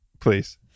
Please